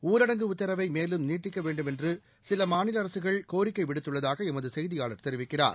ஊரடங்கு உத்தரவை மேலும் நீட்டிக்க வேண்டுமென்று சில மாநில அரசுகள் கோரிக்கை விடுத்துள்ளதாக எமது செய்தியாளர் தெரிவிக்கிறார்